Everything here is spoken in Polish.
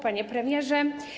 Panie Premierze!